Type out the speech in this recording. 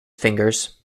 fingers